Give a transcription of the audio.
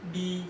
be